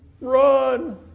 run